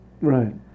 Right